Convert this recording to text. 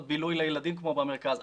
אין אפשרויות בילוי לילדים כמו במרכז.